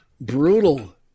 Brutal